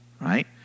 right